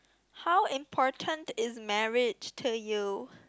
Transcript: how important is marriage to you